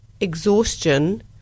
exhaustion